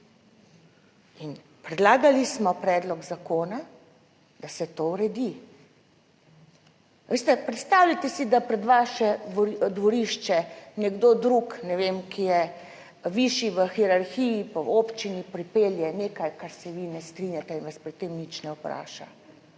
predlagali smo predlog zakona, da se to uredi. Veste, predstavljajte si, da pred vaše dvorišče nekdo drug, ne vem, ki je višji v hierarhiji, pa v občini, pripelje nekaj, kar se vi ne strinjate in vas pri tem nič ne vpraša.